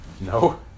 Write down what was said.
No